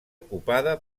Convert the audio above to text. ocupada